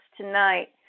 tonight